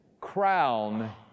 crown